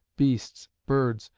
beasts, birds,